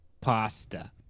pasta